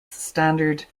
standard